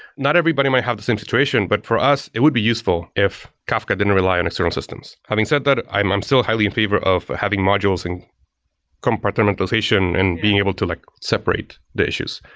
not everybody might have the same situation, but for us it would be useful if kafka didn't rely on external systems. having said that, i'm i'm still highly in favor of having modules and compartmentalization and being able to like separate the issues.